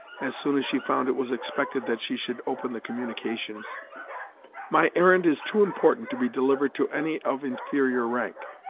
as soon as she found it was expected that she should open the communications my errand is too important to be delivered to any of inferior rank.